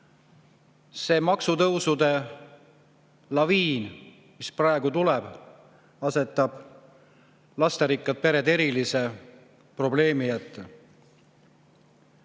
See maksutõusude laviin, mis praegu tuleb, asetab lasterikkad pered erilise probleemi ette.